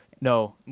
No